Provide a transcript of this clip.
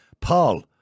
Paul